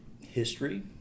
history